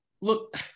Look